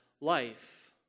life